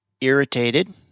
irritated